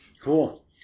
Cool